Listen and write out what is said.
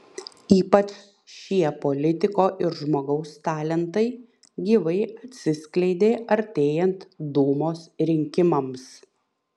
ypač šie politiko ir žmogaus talentai gyvai atsiskleidė artėjant dūmos rinkimams